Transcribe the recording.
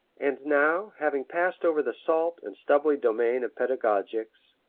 and now, having passed over the salt and stubbly domain of pedagogics,